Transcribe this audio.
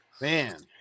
Man